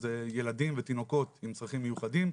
שזה ילדים ותינוקות עם צרכים מיוחדים,